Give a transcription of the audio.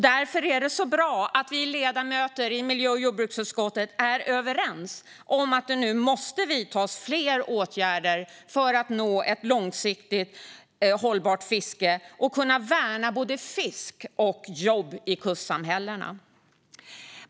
Därför är det bra att vi ledamöter i miljö och jordbruksutskottet är överens om att det nu måste vidtas flera åtgärder för att nå ett långsiktigt hållbart fiske och kunna värna både fisk och jobb i kustsamhällena.